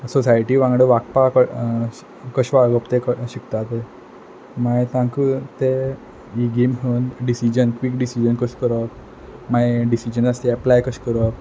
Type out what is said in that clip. society वांगडा वागपा क शि कशें वागप तें क शिकता पय माय तांक तें ही गेम खेळोन डिसिजन क्वीक डिसिजन कस करप माये डिसिजन आस ते एप्लाय कश करप